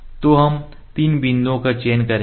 तो हम 3 बिंदुओं का चयन करेंगे